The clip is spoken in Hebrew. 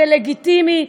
זה לגיטימי,